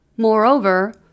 Moreover